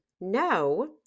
no